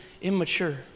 immature